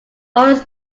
always